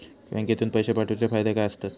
बँकेतून पैशे पाठवूचे फायदे काय असतत?